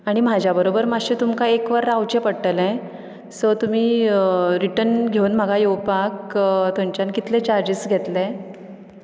आनी म्हज्या बरोबर मातशें तुमकां एक वर रावचें पडटलें सो तुमी रिटन घेवन म्हाका येवपाक थंयच्यान कितले चार्जीस घेतले